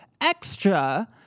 extra